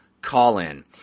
call-in